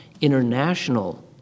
international